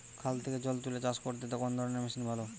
খাল থেকে জল তুলে চাষ করতে কোন ধরনের মেশিন ভালো?